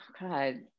God